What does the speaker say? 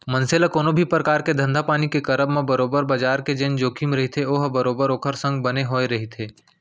मनसे ल कोनो भी परकार के धंधापानी के करब म बरोबर बजार के जेन जोखिम रहिथे ओहा बरोबर ओखर संग बने होय रहिथे